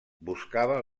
buscava